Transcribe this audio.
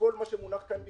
שכל מה שמונח כאן בפניכם,